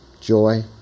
joy